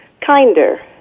kinder